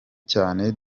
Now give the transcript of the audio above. cyane